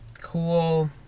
cool